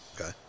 Okay